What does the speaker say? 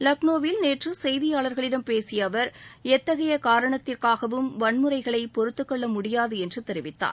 லக்னோவில் நேற்று செய்தியாளர்களிடம் பேசிய அவர் எத்தகைய காரணத்திற்காகவும் வன்முறைகளை பொருத்துக்கொள்ள முடியாது என்று தெரிவித்தார்